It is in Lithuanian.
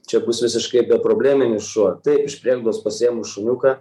čia bus visiškai beprobleminis šuo taip iš prieglaudos pasiėmus šuniuką